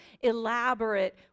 elaborate